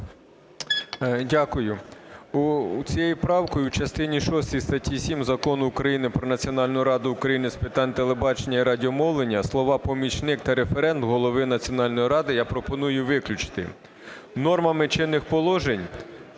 Дякую. Цією правкою у частині шостій статті 7 Закону України "Про Національну раду України з питань телебачення і радіомовлення" слова "помічник та референт голови Національної ради" я пропоную виключити. Нормами чинних положень